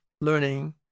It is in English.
learning